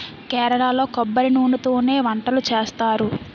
కేరళలో కొబ్బరి నూనెతోనే వంటలు చేస్తారు